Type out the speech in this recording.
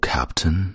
Captain